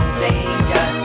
danger